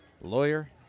lawyer